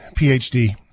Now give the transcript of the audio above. PhD